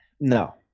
no